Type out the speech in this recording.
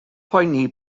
poeni